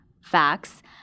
facts